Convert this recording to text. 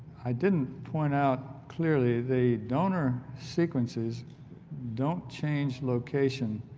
i didn't point out clearly the donor sequences don't change location.